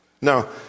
Now